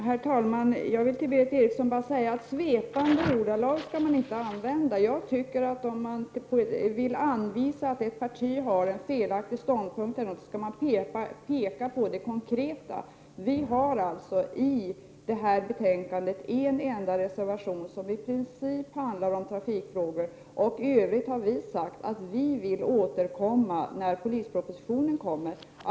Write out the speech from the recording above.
Herr talman! Till Berith Eriksson vill jag bara säga att man inte skall använda svepande ordalag. Om man vill göra gällande att ett parti har en felaktig ståndpunkt, tycker jag att man skall peka på konkreta saker. I detta betänkande har vi i en enda reservation som i princip handlar om trafikfrågan. I övrigt har vi sagt att vi vill återkomma när polispropositionen kommer.